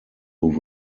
who